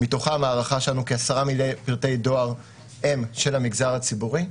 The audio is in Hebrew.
מתוכם ההערכה שלנו שכ-10 מיליון פרטי דואר הם של המגזר הציבורי.